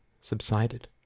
subsided